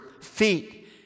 feet